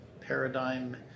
paradigm